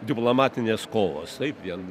diplomatinės kovos taip vien